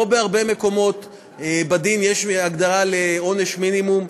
לא בהרבה מקומות בדין יש הגדרה לעונש מינימום,